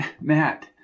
Matt